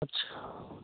अच्छा